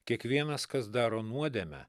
kiekvienas kas daro nuodėmę